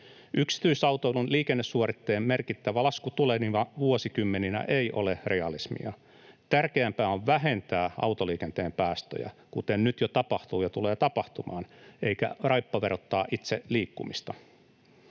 Yksityisautoilun liikennesuoritteen merkittävä lasku tulevina vuosikymmeninä ei ole realismia. Tärkeämpää on vähentää autoliikenteen päästöjä, kuten nyt jo tapahtuu ja tulee tapahtumaan, eikä raippaverottaa itse liikkumista.